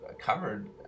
covered